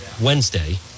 Wednesday